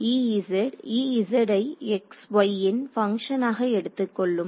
EZ EZ ஐ xy ன் பங்ஷனாக எடுத்துக் கொள்ளும்